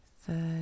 Third